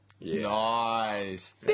Nice